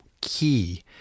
key